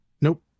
Nope